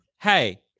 hey